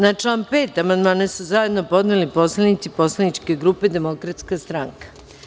Na član 5. amandman su zajedno podneli poslanici poslaničke grupe Demokratske stranke.